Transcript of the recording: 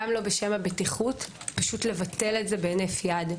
גם לא בשם הבטיחות, פשוט לבטל את זה בהינף יד.